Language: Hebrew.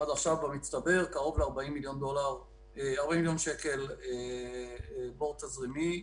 עד עכשיו במצטבר קרוב ל-40 מיליון שקל בור תזרימי.